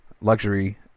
luxury